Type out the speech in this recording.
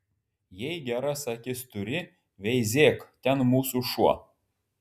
jei geras akis turi veizėk ten mūsų šuo